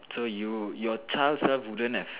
so you your child self wouldn't have